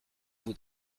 vous